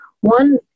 One